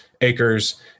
acres